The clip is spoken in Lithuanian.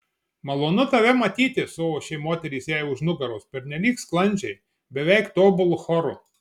malonu tave matyti suošė moterys jai už nugaros pernelyg sklandžiai beveik tobulu choru